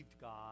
God